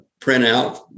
printout